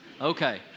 Okay